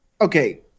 okay